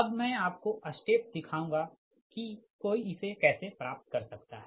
अबमैं आपको स्टेप दिखाऊंगा कि कोई इसे कैसे प्राप्त कर सकता है